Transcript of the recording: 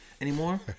anymore